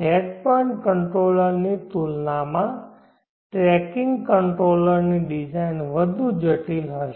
set point controller ની તુલનામાં tracking controller ની ડિઝાઇન વધુ જટિલ હશે